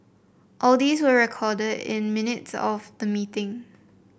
all these were recorded in the minutes of the meeting